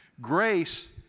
Grace